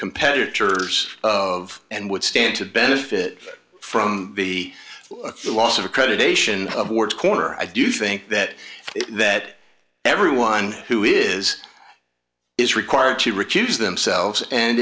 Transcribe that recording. competitors of and would stand to benefit from the loss of accreditation board corner i do think that that everyone who is is required to recuse themselves and